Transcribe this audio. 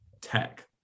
tech